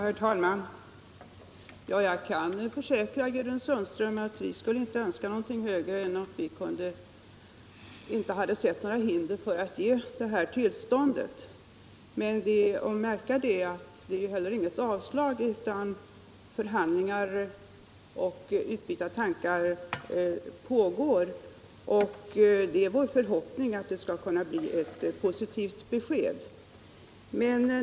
Herr talman! Jag kan försäkra Gudrun Sundström att vi inte skulle önska någonting högre än att vi inte hade sett några hinder för att ge detta tillstånd. Men det är att märka att det inte heller är fråga om något avslag, utan förhandlingar och utbyte av tankar pågår. Det är vår förhoppning att det skall kunna bli ett positivt besked.